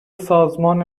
سازمان